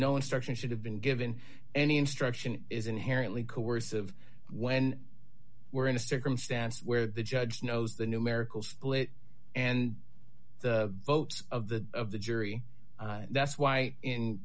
no instruction should have been given any instruction is inherently coercive when we're in a circumstance where the judge knows the numerical split and the votes of the of the jury that's why in